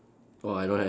!wah! I don't have